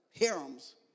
harems